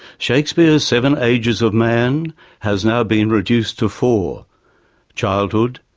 shakespeare's seven ages of man has now been reduced to four childhood,